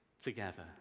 together